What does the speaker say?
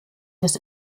des